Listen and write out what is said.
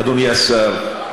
אדוני השר,